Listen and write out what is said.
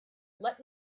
let